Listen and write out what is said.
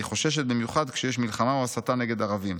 אני חוששת במיוחד כשיש מלחמה או הסתה נגד ערבים.